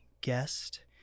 guest